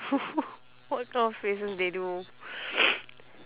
what kind of faces they do